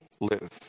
live